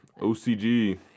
OCG